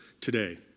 today